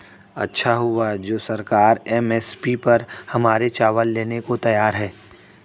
अच्छा हुआ जो सरकार एम.एस.पी पर हमारे चावल लेने को तैयार है